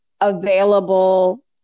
available